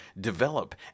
develop